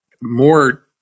more